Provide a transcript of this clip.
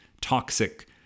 toxic